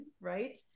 Right